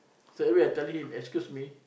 straight away I tell him excuse me